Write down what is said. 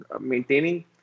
maintaining